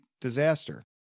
disaster